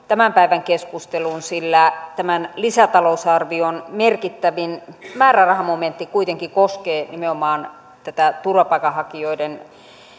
tämän päivän keskusteluun sillä tämän lisätalousarvion merkittävin määrärahamomentti kuitenkin koskee nimenomaan tätä turvapaikanhakijoiden